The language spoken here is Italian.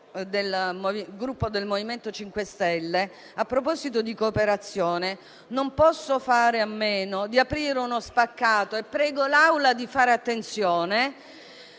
del Gruppo MoVimento 5 Stelle, a proposito di cooperazione, non posso fare a meno di aprire uno spaccato - e prego l'Assemblea di fare attenzione